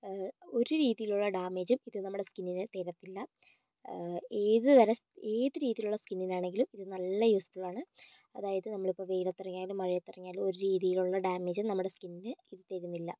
ഒരു രീതിയിലുള്ള ഡാമേജ് ഇത് നമ്മളെ സ്കിന്നിന് തരത്തില്ല ഏതുതരം ഏത് രീതിയിലുള്ള സ്കിന്നിന് ആണെങ്കിലും ഇത് നല്ല യൂസ്ഫുൾ ആണ് അതായത് നമ്മൾ ഇപ്പോൾ വെയിലത്ത് ഇറങ്ങിയാലും മഴയത്ത് ഇറങ്ങിയാലും ഒരു രീതിയിലുള്ള ഡാമേജ്യും നമ്മുടെ സ്കിന്നിന് ഇത് തരുന്നില്ല